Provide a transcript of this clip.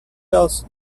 else